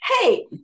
hey